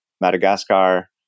Madagascar